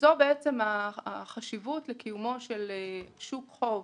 זו החשיבות לקיומו של שוק חוב